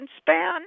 span